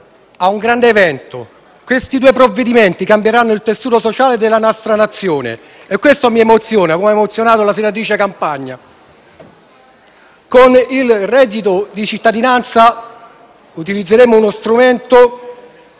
di un grande evento. Questi due provvedimenti cambieranno il tessuto sociale della nostra Nazione e ciò mi emoziona, come ha emozionato la senatrice Campagna. Con il reddito di cittadinanza adotteremo uno strumento